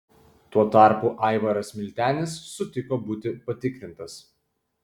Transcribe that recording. tuo tarpu aivaras miltenis sutiko būti patikrintas